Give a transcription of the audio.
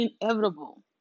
inevitable